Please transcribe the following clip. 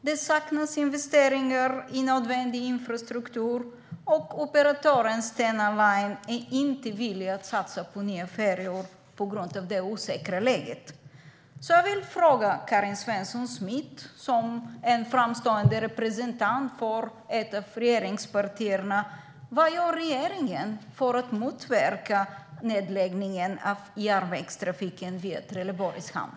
Det saknas investeringar i nödvändig infrastruktur, och operatören Stena Line är inte villig att satsa på nya färjor på grund av det osäkra läget. Jag vill fråga Karin Svensson Smith, som är en framstående representant för ett av regeringspartierna: Vad gör regeringen för att motverka nedläggningen av järnvägstrafiken via Trelleborgs hamn?